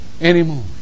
anymore